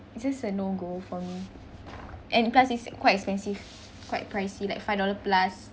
it's just a no-go for me and plus it's quite expensive quite pricey like five-dollar plus